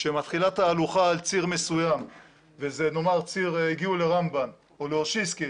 כשמתחילה תהלוכה על ציר מסוים וזה נאמר הגיעו לרמב"ן או לאוסישקין